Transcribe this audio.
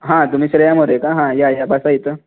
हां तुम्ही श्रेया मोरे का हां यां यां बसा इथं